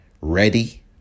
ready